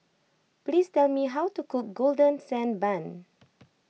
please tell me how to cook Golden Sand Bun